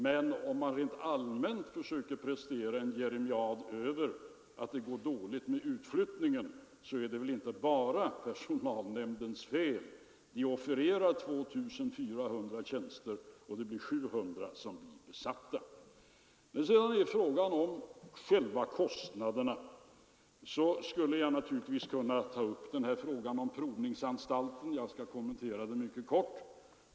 Men till herr Wijkmans jeremiad över att det går så dåligt med utflyttningen vill jag säga att det inte bara är personalnämndens fel: man offererade 2 240 nya tjänster och bara 700 blev besatta. Så till frågan om kostnaderna. Jag skall mycket kort kommentera frågan om provningsanstalten.